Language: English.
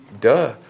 duh